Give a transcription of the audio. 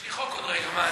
יש לי חוק עוד רגע.